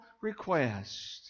request